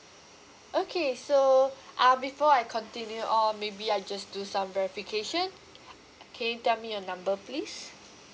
okay so uh before I continue or maybe I just do some verification can you tell me your number please